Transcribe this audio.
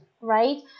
right